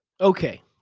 Okay